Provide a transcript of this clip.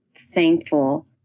thankful